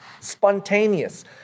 spontaneous